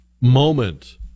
moment